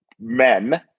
men